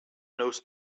knows